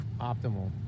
optimal